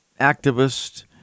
activist